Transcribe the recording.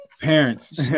Parents